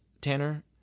Tanner